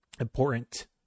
important